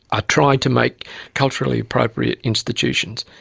ah trying to make culturally appropriate institutions.